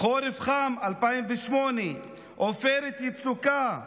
חורף חם, 2008, עופרת יצוקה,